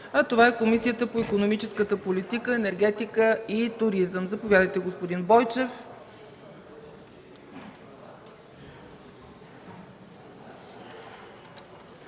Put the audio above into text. комисия – Комисията по икономическата политика, енергетика и туризъм. Заповядайте, господин Бойчев.